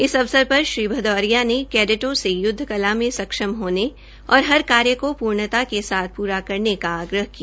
इस अवसर पर श्री भदौरिया ने कैडेटों से युद्ध कला में सक्षम होने और हर कार्य को पूर्णता के साथ पूरा करने का आग्रह किया